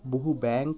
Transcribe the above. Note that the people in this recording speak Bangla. বহু ব্যাংক